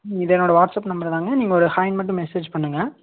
இது என்னோடய WhatsApp number தாங்க நீங்கள் ஒரு ஹாய் மட்டும் மெசேஜ் பண்ணுங்க